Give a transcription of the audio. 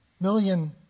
million